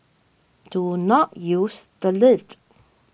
do not use the lift